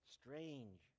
strange